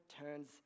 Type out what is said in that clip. turns